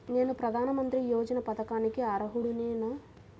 నేను ప్రధాని మంత్రి యోజన పథకానికి అర్హుడ నేన?